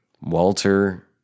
Walter